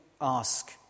ask